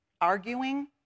Arguing